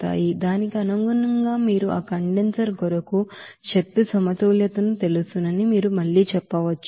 దానికి అనుగుణంగా మీరు ఆ కండెన్సర్ కొరకు ఎనర్జీ బాలన్స్ ను తెలుసని మీరు మళ్లీ చేయవచ్చు